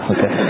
Okay